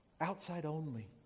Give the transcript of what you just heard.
Outside-only